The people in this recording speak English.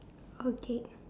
okay